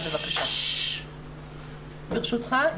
ברשותך,